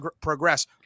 progress